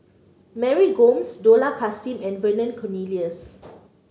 Mary Gomes Dollah Kassim and Vernon Cornelius